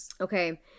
Okay